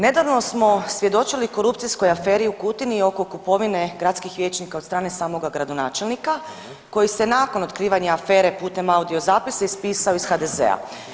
Nedavno smo svjedočili korupcijskoj aferi u Kutini oko kupovine gradskih vijećnika od strane samoga gradonačelnika koji se nakon otkrivanja afere putem audiozapisa ispisao iz HDZ-a.